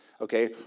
okay